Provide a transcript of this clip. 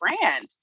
brand